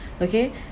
okay